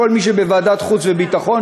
לכל מי שבוועדת חוץ וביטחון,